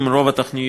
מתבצעות רוב התוכניות